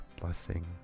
blessing